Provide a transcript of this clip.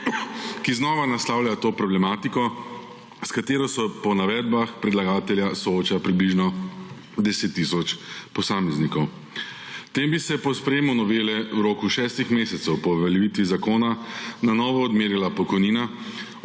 ki znova naslavlja to problematiko, s katero se po navedbah predlagatelja sooča približno deset tisoč posameznikom. Tem bi se po sprejetju novele v roku šestih mesecev po uveljavitvi zakona na novo odmerila pokojnina